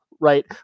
Right